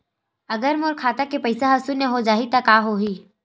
अगर मोर खाता के पईसा ह शून्य हो जाही त का होही?